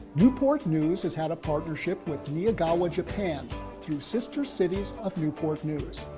newport news has had a partnership with neyagawa, japan through sister cities of newport news.